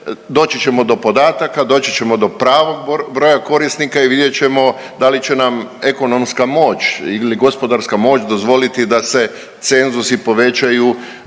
doći ćemo do podataka, doći ćemo do pravog broja korisnika i vidjet ćemo da li će nam ekonomska moć ili gospodarska moć dozvoliti da se cenzusi povećaju